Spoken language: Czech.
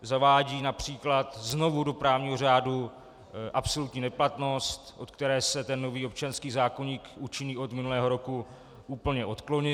Zavádí například znovu do právního řádu absolutní neplatnost, od které se nový občanský zákoník účinný od minulého roku úplně odklonil.